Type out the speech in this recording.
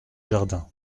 jardin